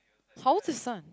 how old is his son